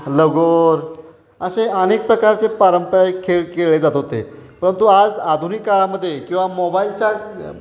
लगोर असे अनेक प्रकारचे पारंपारिक खेळ खेळले जात होते परंतु आज आधुनिक काळामध्ये किंवा मोबाईलच्या